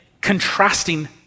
contrasting